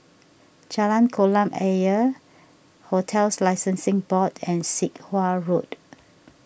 Jalan Kolam Ayer Hotels Licensing Board and Sit Wah Road